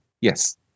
Yes